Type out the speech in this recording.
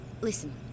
Listen